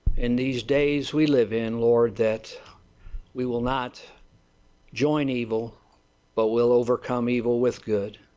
in these days we live in lord that we will not join evil but will overcome evil with good.